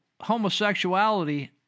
homosexuality